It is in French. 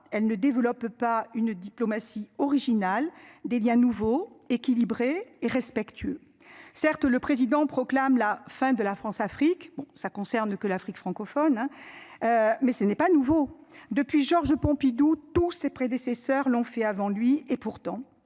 elle ne développe pas une diplomatie original des Liens nouveaux équilibré et respectueux. Certes le président proclame la fin de la Françafrique. Bon ça concerne que l'Afrique francophone hein. Mais ce n'est pas nouveau depuis Georges Pompidou tous ses prédécesseurs l'ont fait avant lui et pourtant